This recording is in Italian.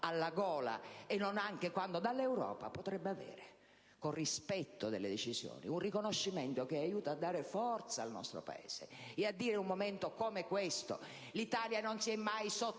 alla gola, e non anche quando dall'Europa potrebbe avere, con rispetto delle decisioni, un riconoscimento che aiuti a dare forza al nostro Paese e a dire, in un momento come questo, che l'Italia non si è mai sottratta,